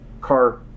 car